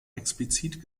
explizit